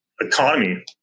economy